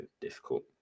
difficult